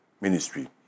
ministry